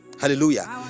hallelujah